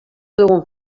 dugu